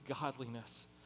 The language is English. godliness